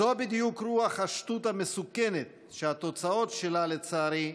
זאת בדיוק רוח השטות המסוכנת שהתוצאות שלה, לצערי,